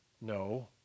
no